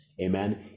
amen